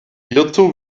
hierzu